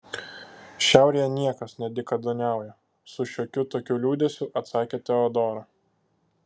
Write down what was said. šiaurėje niekas nedykaduoniauja su šiokiu tokiu liūdesiu atsakė teodora